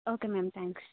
okay ma'am thanks